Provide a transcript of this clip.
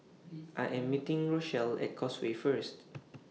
I Am meeting Rochelle At Causeway First